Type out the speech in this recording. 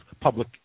public